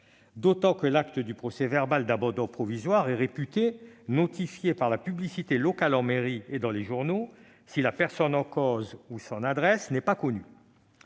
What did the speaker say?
d'autant plus que l'acte du procès-verbal d'abandon provisoire est réputé notifié par la publicité locale en mairie et dans les journaux, si la personne en cause ou son adresse n'est pas connue.